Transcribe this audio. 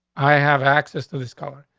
i have access to this color.